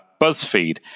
BuzzFeed